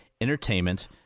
entertainment